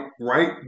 right